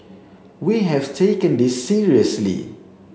we have taken this seriously